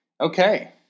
Okay